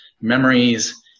memories